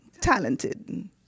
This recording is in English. talented